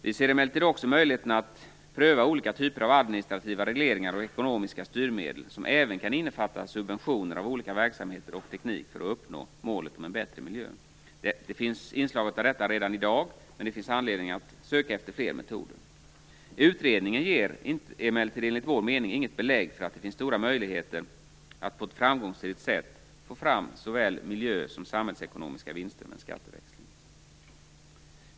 Vi ser emellertid också möjligheten att pröva olika typer av administrativa regleringar och ekonomiska styrmedel, som även kan innefatta subventioner av olika verksamheter och teknik för att uppnå målet en bättre miljö. Det finns inslag av detta redan i dag, men det finns anledning att söka efter fler metoder. Utredningen ger emellertid enligt vår mening inget belägg för att det finns stora möjligheter att på ett framgångsrikt sätt få fram såväl miljö som samhällsekonomiska vinster med en skatteväxling.